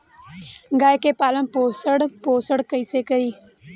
गाय के पालन पोषण पोषण कैसे करी?